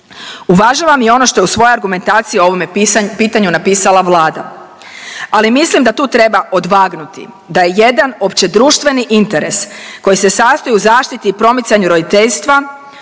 Uvažavam i ono što je u svojoj argumentaciji o ovome pitanju napisala Vlada, ali mislim da tu treba odvagnuti da je jedan općedruštveni interes koji se sastoji u zaštiti i promicanju roditeljstva